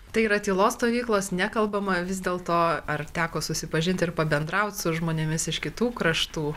tai yra tylos stovyklos nekalbama vis dėl to ar teko susipažint ir pabendraut su žmonėmis iš kitų kraštų